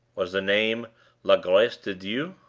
was the name la grace de dieu?